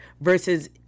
versus